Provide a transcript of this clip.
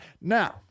Now